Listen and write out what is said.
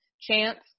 chance